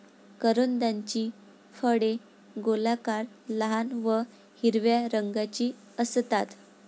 करोंदाची फळे गोलाकार, लहान व हिरव्या रंगाची असतात